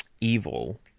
evil